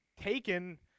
taken